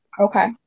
Okay